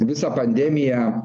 visą pandemiją